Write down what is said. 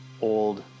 old